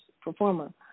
performer